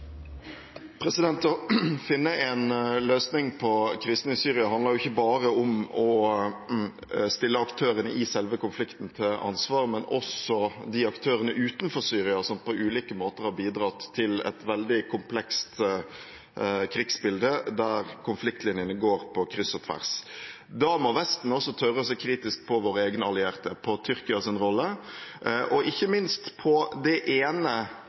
oppfølgingsspørsmål. Å finne en løsning på krisen i Syria handler ikke om å stille bare aktørene i selve konflikten til ansvar, men også de aktørene utenfor Syria som på ulike måter har bidratt til et veldig komplekst krigsbilde, der konfliktlinjene går på kryss og tvers. Da må Vesten også tørre å se kritisk på våre egne allierte, på Tyrkias rolle, og ikke minst på det ene